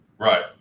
Right